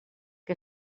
que